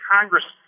Congress